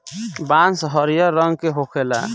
बांस हरियर रंग के होखेला